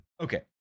Okay